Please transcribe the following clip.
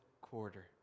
quarter